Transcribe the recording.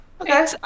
Okay